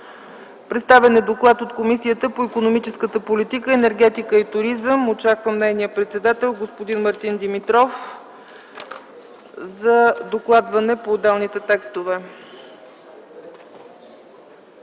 Представен е доклад от Комисията по икономическата политика, енергетика и туризъм. Очаквам нейния председател господин Мартин Димитров за докладване по отделните текстове.